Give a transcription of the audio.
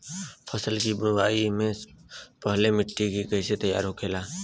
फसल की बुवाई से पहले मिट्टी की कैसे तैयार होखेला?